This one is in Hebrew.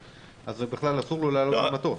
אז בכלל אסור לו לעלות על מטוס.